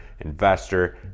investor